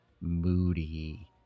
moody